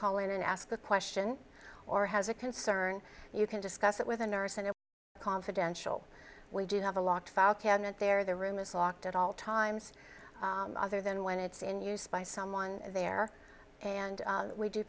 call in and ask the question or has a concern you can discuss it with a nurse and a confidential we do have a lock file cabinet there the room is locked at all times other than when it's in use by someone there and we do